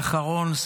ואחרון,